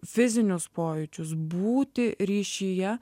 fizinius pojūčius būti ryšyje